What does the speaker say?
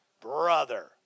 Brother